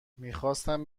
میخواستم